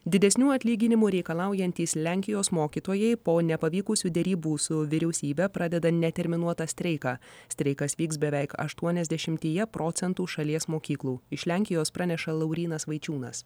didesnių atlyginimų reikalaujantys lenkijos mokytojai po nepavykusių derybų su vyriausybe pradeda neterminuotą streiką streikas vyks beveik aštuoniasdešimtyje procentų šalies mokyklų iš lenkijos praneša laurynas vaičiūnas